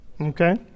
Okay